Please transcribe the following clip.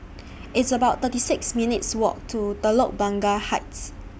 It's about thirty six minutes' Walk to Telok Blangah Heights